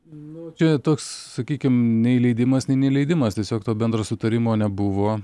nu čia toks sakykim nei leidimas nei neleidimas tiesiog to bendro sutarimo nebuvo